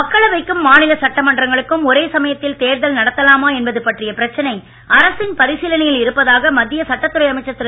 மக்களவைக்கும் மாநில சட்டமன்றங்களுக்கும் ஒரே சமயத்தில் தேர்தல் நடத்தலாமா என்பது பற்றிய பிரச்சனை அரசின் பரிசீலனையில் இருப்பதாக மத்திய சட்டத்துறை அமைச்சர் திரு